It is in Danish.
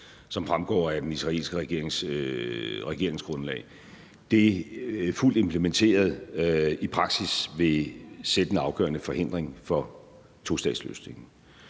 som fremgår af den israelske regerings regeringsgrundlag, fuldt implementeret i praksis vil sætte en afgørende forhindring for tostatsløsningen.